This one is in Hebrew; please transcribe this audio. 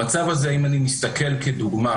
במצב הזה, אם אני מסתכל כדוגמה,